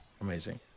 amazing